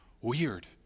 Weird